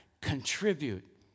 contribute